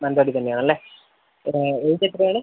മാനന്തവാടി തന്നെയാണല്ലേ അതെ ഏജ് എത്രയാണ്